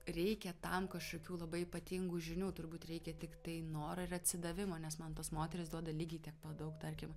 reikia tam kažkokių labai ypatingų žinių turbūt reikia tiktai noro ir atsidavimo nes man tos moterys duoda lygiai tiek pat daug tarkim